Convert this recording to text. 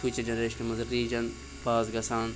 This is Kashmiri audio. فیوٗچَر جَنریشنہِ منٛز رِلِجَن پاس گَژھان